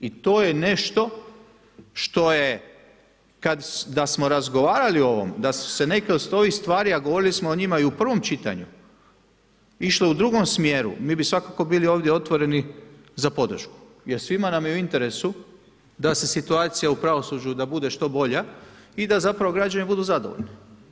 I to je nešto što je da smo razgovarali o ovom, da su se neke od ovih stvari, a govorili smo o njima i u prvom čitanju, išle u drugom smjeru mi bi svakako bili ovdje otvoreni za podršku jer svima nam je u interesu da se situacija u pravosuđu da bude što bolja i da zapravo građani budu zadovoljni.